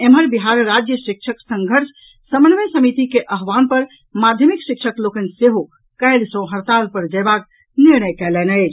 एम्हर बिहार राज्य शिक्षक संघर्ष समन्वय समिति के आह्वान पर माध्यमिक शिक्षक लोकनि सेहो काल्हि सॅ हड़ताल पर जयबाक निर्णय कयलनि अछि